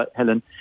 Helen